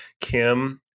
Kim